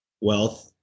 wealth